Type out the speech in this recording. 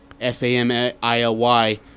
F-A-M-I-L-Y